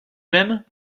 même